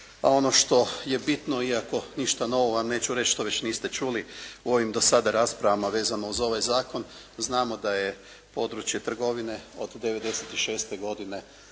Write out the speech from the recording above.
ono što je bitno iako ništa novo vam neću reći što već niste čuli u ovim do sada raspravama vezano uz ovaj zakon. Znamo da je područje trgovine od '96. godine